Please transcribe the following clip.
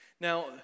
Now